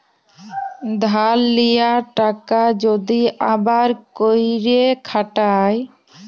ধার লিয়া টাকা যদি আবার ক্যইরে খাটায়